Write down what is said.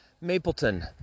Mapleton